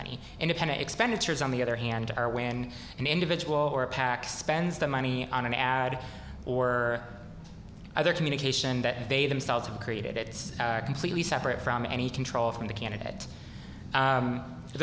money independent expenditures on the other hand or when an individual or a pac spends the money on an ad or other communication that they themselves have created it's completely separate from any control from the candidate